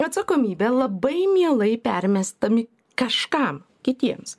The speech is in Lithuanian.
atsakomybę labai mielai permestami kažkam kitiems